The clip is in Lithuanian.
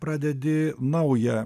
pradedi naują